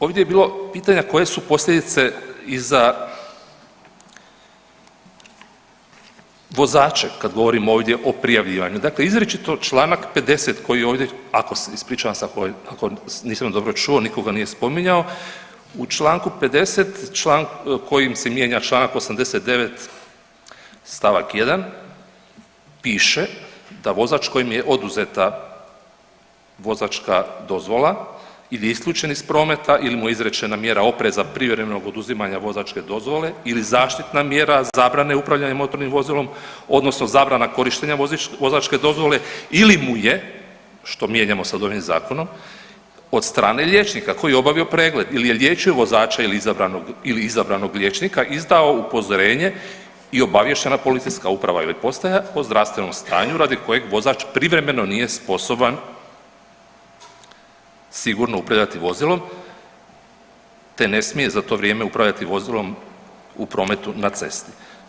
Ovdje je bilo pitanja koje su posljedice i za vozače kad govorimo ovdje o prijavljivanju, dakle izričito čl. 50. koji ovdje ako se ispričavam se ako nisam vas dobro čuo niko ga nije spominjao u čl. 50. kojim se mijenja čl. 89. st. 1. piše da vozač kojem je oduzeta vozačka dozvola ili je isključen iz prometa ili mu je izrečena mjera opreza privremenog oduzimanja vozačke dozvole ili zaštitna mjera zabrane upravljanja motornim vozilom odnosno zabrana korištenja vozačke dozvole ili mu je, što mijenjamo sad ovim zakonom, od strane liječnika koji je obavio pregled ili je liječio vozača ili izabranog liječnika izdao upozorenje i obaviještena je policijska uprava ili postaja o zdravstvenom stanju radi kojeg vozač privremeno nije sposoban sigurno upravljati vozilom te ne smije za to vrijeme upravljati vozilom u prometu na cesti.